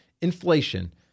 inflation